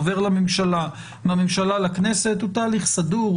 עובר לממשלה ומהממשלה לכנסת הוא תהליך סדור.